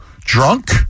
drunk